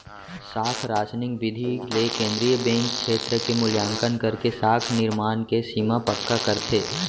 साख रासनिंग बिधि ले केंद्रीय बेंक छेत्र के मुल्याकंन करके साख निरमान के सीमा पक्का करथे